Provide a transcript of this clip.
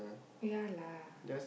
ya lah